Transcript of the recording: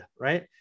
right